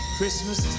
Christmas